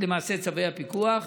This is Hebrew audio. למעשה, צווי הפיקוח,